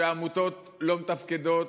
שעמותות לא מתפקדות.